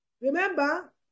remember